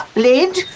Lid